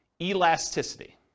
elasticity